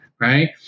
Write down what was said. right